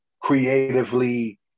creatively